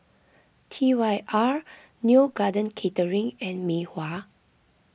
T Y R Neo Garden Catering and Mei Hua